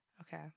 Okay